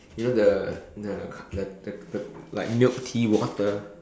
you know the the the the the like milk tea water